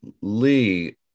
Lee